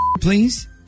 please